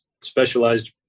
specialized